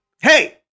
Hey